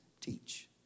teach